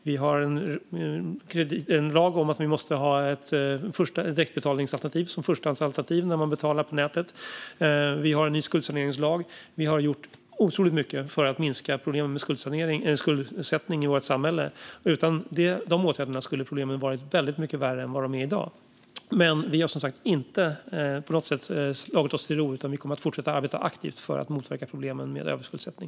Vi har en lag om direktbetalningsalternativ som förstahandsalternativ när man betalar på nätet. Vi har en ny skuldsaneringslag. Vi har gjort otroligt mycket för att minska problemen med skuldsättning i vårt samhälle. Utan de åtgärderna skulle problemen ha varit väldigt mycket värre än vad de är i dag. Men vi har som sagt inte på något sätt slagit oss till ro, utan vi kommer att fortsätta arbeta aktivt för att motverka problemen med överskuldsättning.